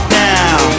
now